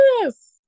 yes